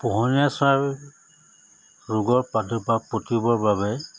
পোহনীয়া চৰাই ৰোগৰ বাবে